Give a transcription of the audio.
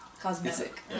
cosmetic